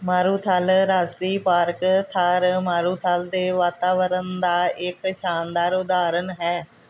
ਮਾਰੂਥਲ ਰਾਸ਼ਟਰੀ ਪਾਰਕ ਥਾਰ ਮਾਰੂਥਲ ਦੇ ਵਾਤਾਵਰਣ ਦਾ ਇੱਕ ਸ਼ਾਨਦਾਰ ਉਦਾਹਰਣ ਹੈ